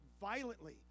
violently